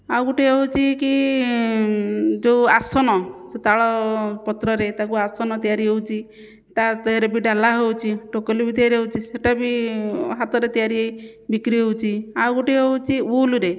ଆଉ ଗୋଟିଏ ହେଉଛି କି ଯେଉଁ ଆସନ ସେ ତାଳ ପତ୍ରରେ ତାକୁ ଆସନ ତିଆରି ହେଉଛି ତା ଦେହରେ ବି ଡାଲା ହେଉଛି ଟୋକଲି ବି ତିଆରି ହେଉଛି ସେଟା ବି ହାତରେ ତିଆରି ହୋଇ ବିକ୍ରି ହେଉଛି ଆଉ ଗୋଟିଏ ହେଉଛି ଉଲ୍ରେ